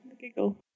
giggle